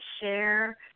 share